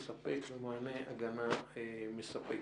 לספק מענה והגנה מספקים.